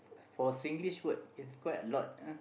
for Singlish word it is quite a lot ah